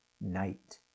Night